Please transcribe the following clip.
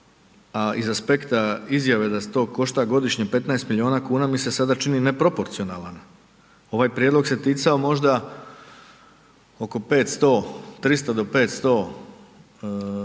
a iz aspekta izjave da to košta godišnje 15 milijuna kuna mi se sada čini neproporcionalan. Ovaj prijedlog se ticao možda oko 500, 300 do 500 roditelja